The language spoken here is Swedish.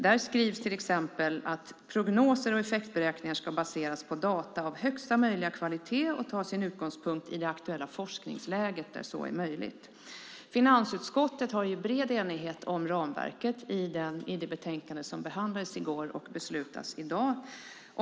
Här skrivs till exempel att prognoser och effektberäkningar ska baseras på data av högsta möjliga kvalitet och ta sin utgångspunkt i det aktuella forskningsläget där så är möjligt. Finansutskottet har en bred enighet om ramverket i det betänkande som behandlades i går och beslutas i dag.